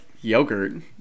yogurt